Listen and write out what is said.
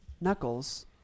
Knuckles